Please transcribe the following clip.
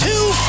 Two